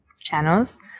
channels